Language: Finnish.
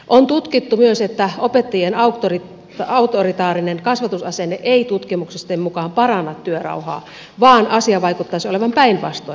on tutkittu myös että opettajien autoritaarinen kasvatusasenne ei tutkimusten mukaan paranna työrauhaa vaan asia vaikuttaisi olevan päinvastoin